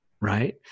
right